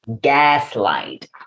Gaslight